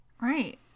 Right